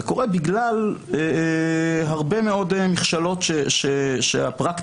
זה קורה בגלל הרבה מאוד מכשלות שהפרקטיקה